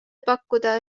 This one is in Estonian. pakkuda